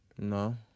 No